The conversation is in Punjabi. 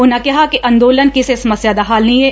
ਉਨੂਾਂ ਕਿਹਾ ਕਿ ਅੰਦੋਲਨ ਕਿਸੇ ਸਮੱਸਿਆ ਦਾ ਹੱਲ ਨਹੀਂ ਏ